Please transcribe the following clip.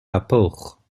rapports